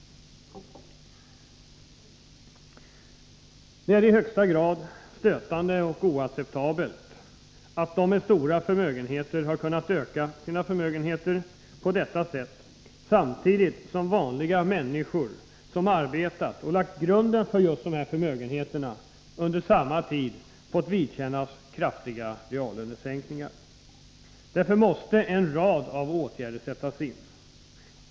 Det är i högsta grad stötande och oacceptabelt att de med stora förmögenheter har kunnat öka sina förmögenheter samtidigt som vanliga människor som arbetat och lagt grunden för dessa förmögenheter under samma tid fått vidkännas kraftiga reallönesänkningar. Därför måste en rad av åtgärder sättas in.